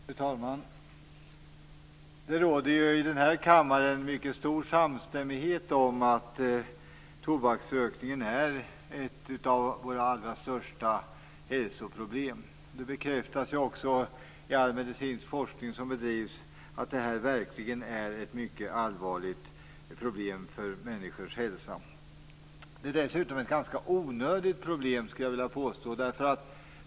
Fru talman! Det råder i den här kammaren mycket stor samstämmighet om att tobaksrökningen är ett av våra allra största hälsoproblem. Det bekräftas också i all medicinsk forskning att tobaksrökningen verkligen är ett mycket allvarligt problem för människors hälsa. Det är dessutom ett ganska onödigt problem, skulle jag vilja påstå.